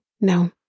No